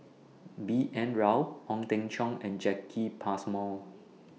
B N Rao Ong Teng Cheong and Jacki Passmore